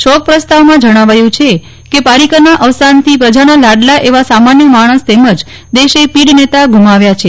શોક પ્રસ્તાવમાં જજ્ઞાવાયું છે કે પારિકરના અવસાનથી પ્રજાના લાડલા એવા સામાન્ય માજ્ઞસ તેમજ દેશેપીઢ નેતા ગુમાવ્યો છે